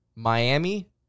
Miami